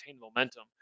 momentum